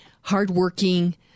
hardworking